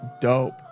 dope